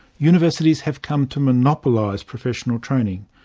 universities have come to monopolise professional training.